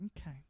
Okay